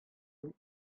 бүрек